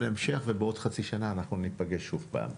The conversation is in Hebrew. המשך ובעוד חצי שנה אנחנו ניפגש שוב פעם.